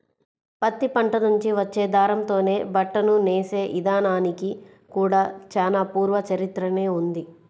పత్తి పంట నుంచి వచ్చే దారంతోనే బట్టను నేసే ఇదానానికి కూడా చానా పూర్వ చరిత్రనే ఉంది